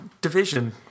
division